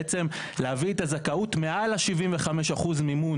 בעצם להביא את הזכאות מעל 75 אחוזי המימון